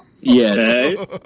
Yes